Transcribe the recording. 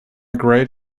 great